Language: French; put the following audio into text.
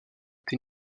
été